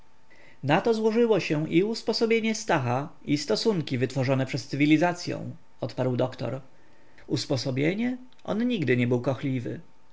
na to złożyło się i usposobienie stacha i stosunki wytworzone przez cywilizacyą odparł doktor usposobienie on nigdy nie był